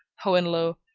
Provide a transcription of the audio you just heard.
hohenlohe,